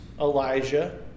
Elijah